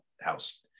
house